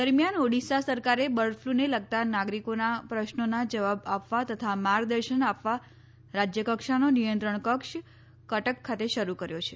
દરમિયાન ઓડિશા સરકારે બર્ડ ફલુને લગતાં નાગરીકોનાં પ્રશ્રોનાં જવાબ આપવા તથા માર્ગદર્શન આપવા રાજ્ય કક્ષાનો નિયંત્રણ કક્ષ કટક ખાતે શરૂ કર્યો છે